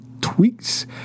tweaks